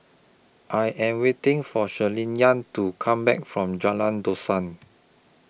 I Am waiting For Shirleyann to Come Back from Jalan Dusan